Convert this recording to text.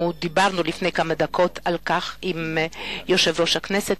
לפני כמה דקות אנחנו דיברנו על כך עם יושב-ראש הכנסת,